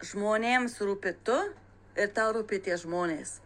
žmonėms rūpi tu ir tau rūpi tie žmonės